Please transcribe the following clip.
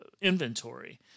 inventory